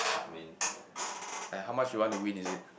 I mean